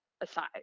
aside